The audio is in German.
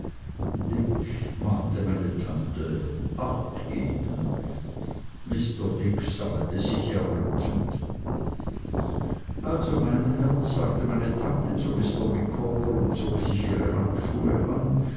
dick mahnte meine tante achtgeben mr dick sammelte sich errötend also mein herr sagte meine tante zu mr micawber und zog sich ihre handschuhe an